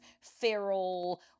feral